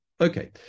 Okay